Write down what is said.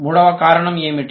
మూడవ కారణం ఏమిటి